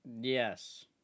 Yes